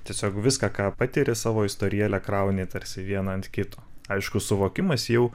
tiesiog viską ką patyri savo istorijėlę krauni tarsi vieną ant kito aišku suvokimas jau